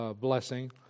blessing